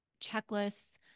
checklists